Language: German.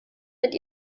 mit